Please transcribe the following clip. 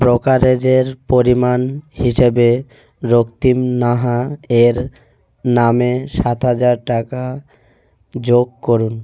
ব্রোকারেজের পরিমাণ হিসেবে রক্তিম নাহা এর নামে সাত হাজার টাকা যোগ করুন